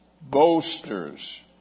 boasters